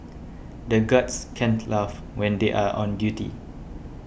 the guards can't laugh when they are on duty